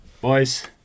Boys